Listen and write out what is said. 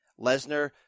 Lesnar—